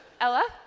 Ella